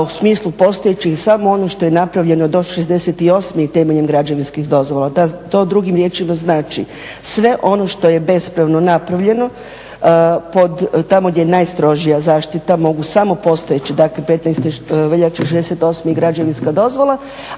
u smislu postojećih samo ono što je napravljeno do '68. temeljem građevinskih dozvola. To drugim riječima znači, sve ono što je bespravno napravljeno tamo gdje je najstrožija zaštita mogu samo postojeće, dakle 15. veljače '68. građevinska dozvola,